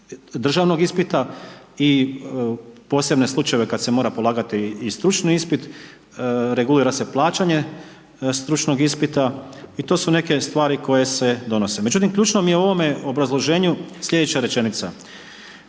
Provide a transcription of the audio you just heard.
državnog ispita i posebne slučajeve kada se mora polagati i stručni ispit, regulira se plaćanje stručnog ispita i to su neke stvari koje se donose. Međutim, ključno mi je u ovome obrazloženju sljedeća rečenica: